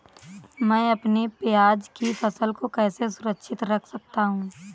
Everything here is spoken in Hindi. मैं अपनी प्याज की फसल को कैसे सुरक्षित रख सकता हूँ?